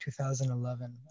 2011